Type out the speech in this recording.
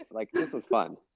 like, this is fun.